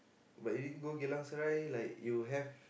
but you can go Geylang Serai like you have